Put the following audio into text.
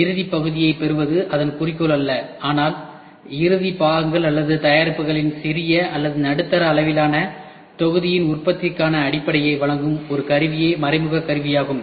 இறுதிப் பகுதியைப் பெறுவது அதன் குறிக்கோள் அல்ல ஆனால் இறுதி பாகங்கள் அல்லது தயாரிப்புகளின் சிறிய அல்லது நடுத்தர அளவிலான தொகுதியின் உற்பத்திக்கான அடிப்படையை வழங்கும் ஒரு கருவியே மறைமுக கருவியாகும்